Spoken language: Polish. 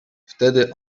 wtedy